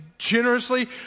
generously